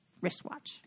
wristwatch